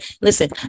listen